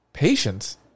Patience